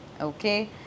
Okay